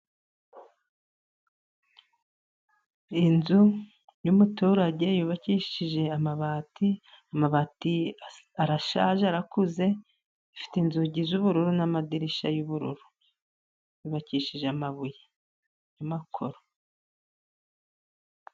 Inzu y'umuturage yubakishije amabati, amabati arashaje arakuze, ifite inzugi z'ubururu n'amadirishya y'ubururu yubakishije amabuye y'amakoro.